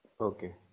Okay